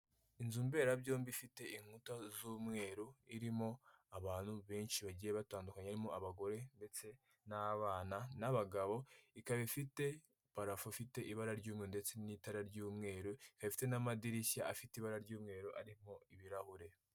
Inzu mberabyombi ifite inkuta z'umweru, irimo abantu benshi bagiye batandukanye harimo abagore ndetse n'abana n'abagabo, ikaba ifite parafo ifite ibara ry'umweru ndetse n'itara ry'umweru, ikaba ifite n'amadirishya afite ibara ry'umweru arimo ibirahure.